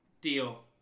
Deal